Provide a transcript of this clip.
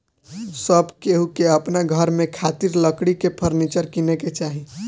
सब केहू के अपना घर में खातिर लकड़ी के फर्नीचर किने के चाही